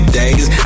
days